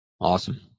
Awesome